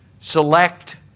select